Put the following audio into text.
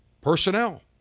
personnel